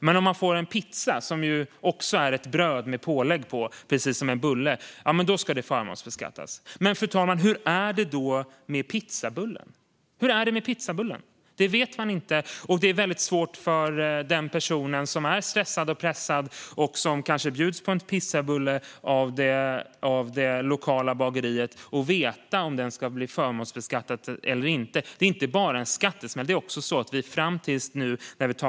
Men om man får en pizza, som ju är ett bröd med pålägg precis som en bulle, ska det förmånsbeskattas. Men, fru talman, hur är det då med pizzabullen? Hur är det med pizzabullen? Det vet man inte, och det är svårt för en stressad och pressad person som bjuds på en pizzabulle av det lokala bageriet att veta om den ska förmånsbeskattas eller inte. Det är inte bara en skattesmäll; det är också så att vi fram till nu när vi tar detta initiativ har ställt helt orimliga krav.